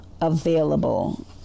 available